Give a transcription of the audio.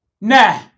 Nah